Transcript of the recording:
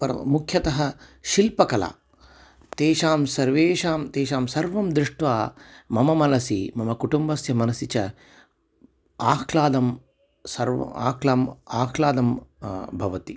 परो मुख्यतः शिल्पकला तेषां सर्वेषां तेषां सर्वं दृष्ट्वा मम मनसि मम कुटुम्बस्य मनसि च आह्लादं सर्वं आह्लादम् आह्लादं भवति